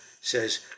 says